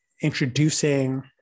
introducing